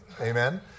Amen